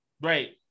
Right